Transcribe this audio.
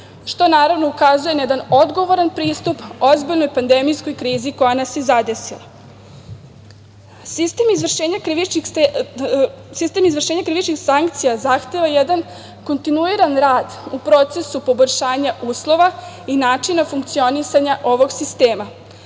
što ukazuje na jedan odgovoran pristup ozbiljnoj pandemijskoj krizi koja nas je zadesila. Sistem izvršenja krivičnih sankcija zahteva jedan kontinuiran rad u procesu poboljšanja uslova i načina funkcionisanja ovog sistema.